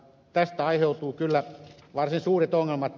tästä aiheutuu kyllä varsin suuria ongelmia